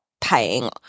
paying